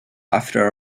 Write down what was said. after